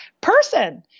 person